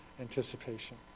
anticipation